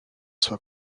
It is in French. soit